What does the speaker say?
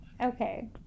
Okay